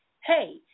hey